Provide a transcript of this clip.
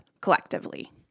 collectively